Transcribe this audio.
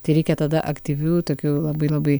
tai reikia tada aktyvių tokių labai labai